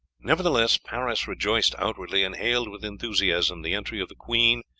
nevertheless paris rejoiced outwardly, and hailed with enthusiasm the entry of the queen,